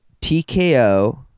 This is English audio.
TKO